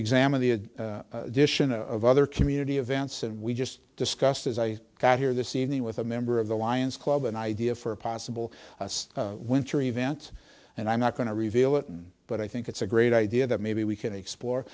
examine the dition of other community events and we just discussed as i got here this evening with a member of the lions club an idea for a possible winter event and i'm not going to reveal it but i think it's a great idea that maybe we can explore